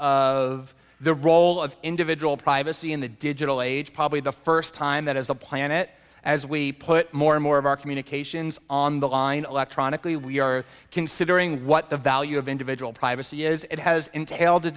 of the role of individual privacy in the digital age probably the first time that as a planet as we put more and more of our communications on the line electronically we are considering what the value of individual privacy is it has entailed